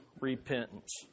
repentance